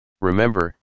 Remember